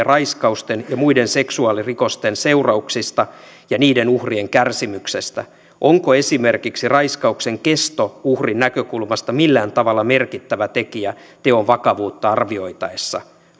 raiskausten ja muiden seksuaalirikosten seurauksista ja niiden uhrien kärsimyksestä onko esimerkiksi raiskauksen kesto uhrin näkökulmasta millään tavalla merkittävä tekijä teon vakavuutta arvioitaessa